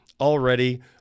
already